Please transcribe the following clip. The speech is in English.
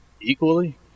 Equally